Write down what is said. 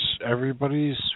everybody's